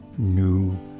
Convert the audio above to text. new